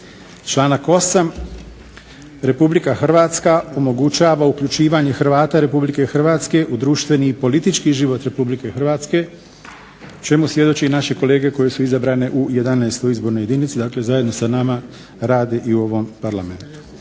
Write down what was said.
Članak 8. "RH omogućava uključivanje Hrvata RH u društveni i politički život RH" čemu svjedoče naše kolege koje su izabrane u 11. izbornoj jedinici, dakle s nama rade i u ovom Parlamentu.